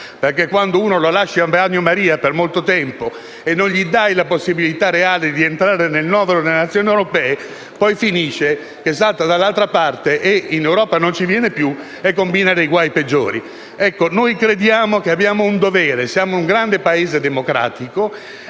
perché quando si lascia qualcuno a bagnomaria per molto tempo, senza dargli la possibilità reale di entrare nel novero delle Nazioni europee, poi finisce che salta dall'altra parte, in Europa non viene più e combina guai peggiori. Noi crediamo di avere un dovere. Siamo un grande Paese democratico